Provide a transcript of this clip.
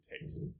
taste